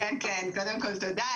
תודה.